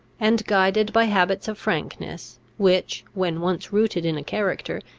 and guided by habits of frankness, which, when once rooted in a character,